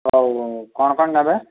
ଆଉ କ'ଣ କ'ଣ ନେବେ